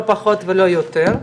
לא פחות ולא יותר.